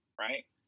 right